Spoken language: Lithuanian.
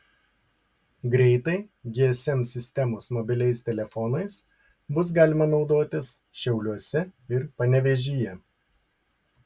greitai gsm sistemos mobiliais telefonais bus galima naudotis šiauliuose ir panevėžyje